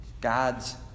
God's